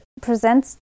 presents